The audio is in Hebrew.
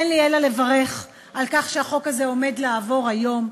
אין לי אלא לברך על כך שהחוק הזה עומד לעבור היום,